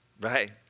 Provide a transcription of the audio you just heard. right